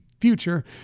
future